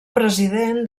president